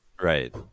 Right